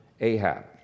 Ahab